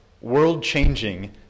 world-changing